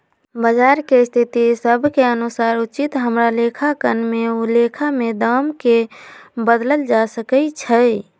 बजार के स्थिति सभ के अनुसार उचित हमरा लेखांकन में लेखा में दाम् के बदलल जा सकइ छै